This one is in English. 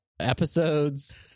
episodes